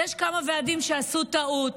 יש כמה ועדים שעשו טעות,